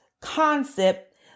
concept